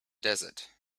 desert